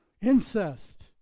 incest